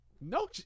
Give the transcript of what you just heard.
No